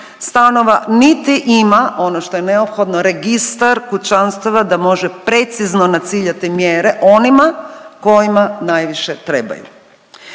stanova, niti ima ono što je neophodno registar kućanstva da može precizno naciljati mjere onima kojima najviše trebaju.